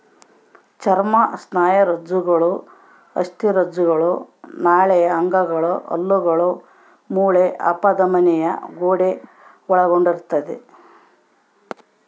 ಚರ್ಮ ಸ್ನಾಯುರಜ್ಜುಗಳು ಅಸ್ಥಿರಜ್ಜುಗಳು ನಾಳೀಯ ಅಂಗಗಳು ಹಲ್ಲುಗಳು ಮೂಳೆ ಅಪಧಮನಿಯ ಗೋಡೆ ಒಳಗೊಂಡಿರ್ತದ